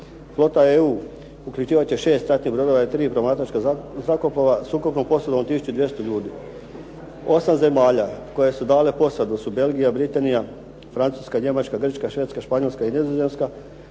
Flota EU uključivati će 6 ratnih brodova i 3 promatračka zrakoplova s ukupnom posadom od 1200 ljudi. 8 zemalja koje su dale posadu su Belgija, Britanija, Francuska, Njemačka, Grčka, Švedska, Španjolska i Nizozemska,